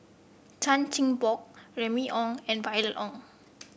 Chan Chin Bock Remy Ong and Violet Oon